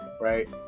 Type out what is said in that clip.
right